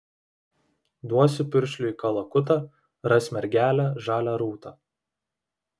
duosiu piršliui kalakutą ras mergelę žalią rūtą